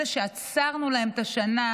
אלה שעצרנו להם את השנה,